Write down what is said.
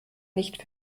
nicht